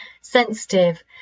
sensitive